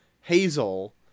Hazel